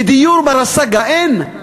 ודיור בר-השגה אין.